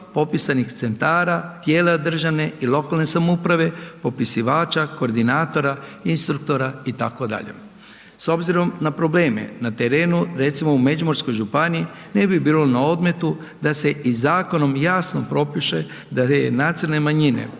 popisanih centara tijela državne i lokalne samouprave, popisivača, koordinatora, instruktora itd. S obzirom na probleme na terenu, recimo u Međimurskoj županiji ne bi bilo na odmetu da se i zakonom jasno propiše da je nacionalne manjine